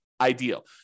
ideal